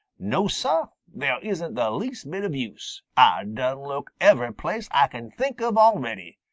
no, sah, there isn't the least bit of use. ah done look every place ah can think of already.